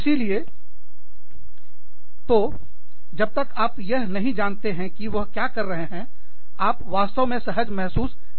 इसीलिएतो जब तक आप यह नहीं जानते हो कि वह क्या कर रहे हैं आप वास्तव में सहज महसूस नहीं कर सकते हो